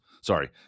Sorry